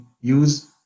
use